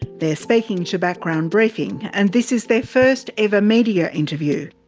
they're speaking to background briefing and this is their first ever media interview.